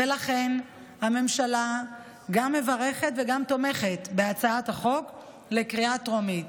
ולכן הממשלה גם מברכת וגם תומכת בהצעת החוק לקריאה הטרומית